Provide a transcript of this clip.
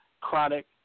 chronic